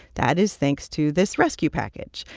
that is thanks to this rescue package.